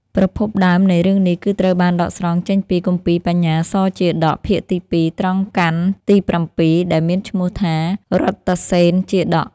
ប្រភពដើមនៃរឿងនេះ គឺត្រូវបានដកស្រង់ចេញពី គម្ពីរបញ្ញាសជាតក ភាគទី២ ត្រង់កណ្ឌទី៧ ដែលមានឈ្មោះថា រថសេនជាតក។